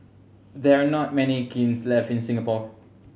there are not many kilns left in Singapore